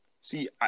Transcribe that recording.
See